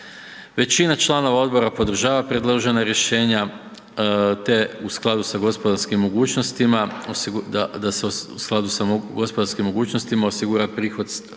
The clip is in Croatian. Većina članova odbora podržava predložena rješenja te u skladu sa gospodarskim mogućnostima osigura prihod u starosti